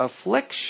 affliction